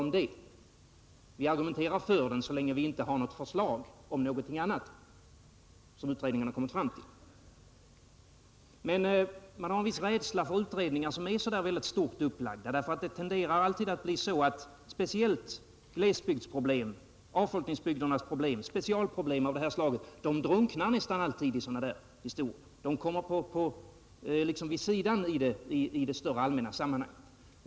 Men vi argumenterar för den så länge det inte finns något annat förslag. Men jag har också en rädsla för utredningar som är så väldigt stort upplagda. Det tenderar nästan alltid att bli så att speciella glesbygdsproblem av detta slag drunknar i dem. De kommer vid sidan om i det större allmänna sammanhanget.